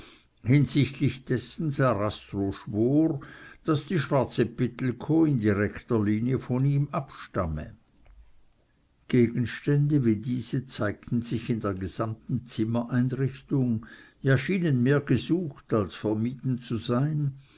hinsichtlich dessen sarastro schwor daß die schwarze pittelkow in direkter linie von ihm abstamme gegensätze wie diese zeigten sich in der gesamten zimmereinrichtung ja schienen mehr gesucht als vermieden zu sein